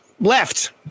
left